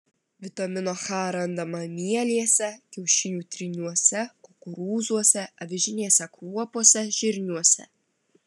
vitamino h randama mielėse kiaušinių tryniuose kukurūzuose avižinėse kruopose žirniuose